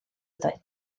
ydoedd